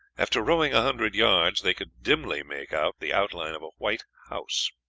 after rowing a hundred yards they could dimly make out the outline of a white house.